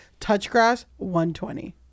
touchgrass120